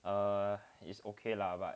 uh is okay lah but